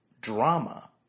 drama